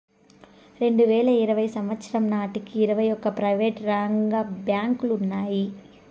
రెండువేల ఇరవై సంవచ్చరం నాటికి ఇరవై ఒక్క ప్రైవేటు రంగ బ్యాంకులు ఉన్నాయి